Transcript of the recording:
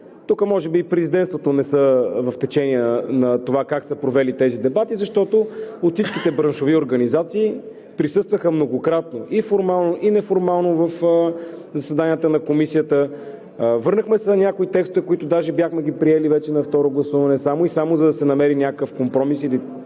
Тук може би и Президентството не са в течение на това как са проведени тези дебати, защото всички браншови организации присъстваха многократно – и формално, и неформално, в заседанията на Комисията. Върнахме се на някои текстове, които даже ги бяхме приели вече на второ гласуване, само и само за да се намери някакъв компромис или поне